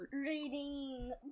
reading